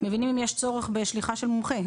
מבינים אם יש צורך בשליחה של מומחה.